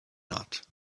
not